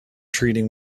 treating